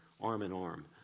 arm-in-arm